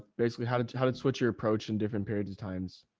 basically, how did, how did switch your approach in different periods of times?